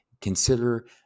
consider